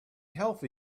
healthy